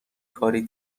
کاری